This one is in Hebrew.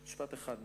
משפט אחד.